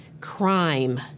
Crime